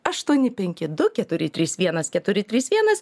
aštuoni penki du keturi trys vienas keturi trys vienas